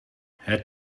het